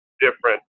different